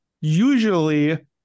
usually